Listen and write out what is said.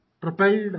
propelled